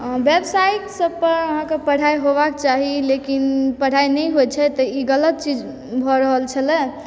व्यवसायिक सबपर आहाँकेँ पढ़ाई होबाक चाही लेकिन पढाई नहि होइ छै तऽ ई गलत चीज भऽ रहल छलै